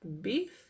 beef